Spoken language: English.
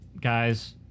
guys